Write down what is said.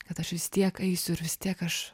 kad aš vis tiek eisiu ir vis tiek aš